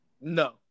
No